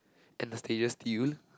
Anastasia-Steele